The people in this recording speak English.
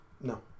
No